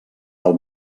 del